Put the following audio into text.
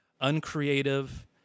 uncreative